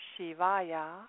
Shivaya